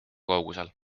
kaugusel